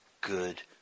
good